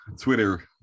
Twitter